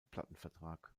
plattenvertrag